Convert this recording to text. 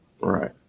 Right